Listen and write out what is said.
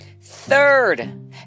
Third